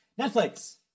Netflix